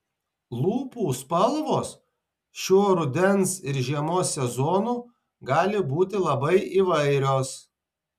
lūpų spalvos šiuo rudens ir žiemos sezonu gali būti labai įvairios